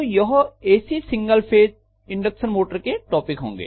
तो यह ऐसी सिंगल फेज इंडक्शन मोटर के टॉपिक होंगे